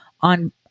on